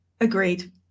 Agreed